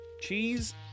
cheese